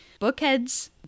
bookheads